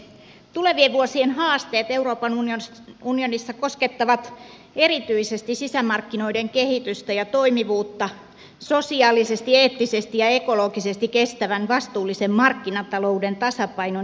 tulevien vuosien haasteet euroopan unionissa koskettavat erityisesti sisämarkkinoiden kehitystä ja toimivuutta sosiaalisesti eettisesti ja ekologisesti kestävän vastuullisen markkinatalouden tasapainon edistämistä